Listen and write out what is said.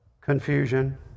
confusion